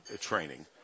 training